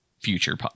future